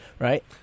Right